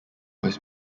was